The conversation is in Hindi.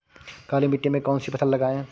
काली मिट्टी में कौन सी फसल लगाएँ?